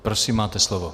Prosím, máte slovo.